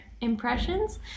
impressions